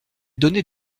donnait